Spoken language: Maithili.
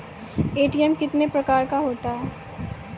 ए.टी.एम कितने प्रकार का होता हैं?